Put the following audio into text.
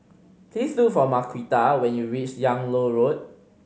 please look for Marquita when you reach Yung Loh Road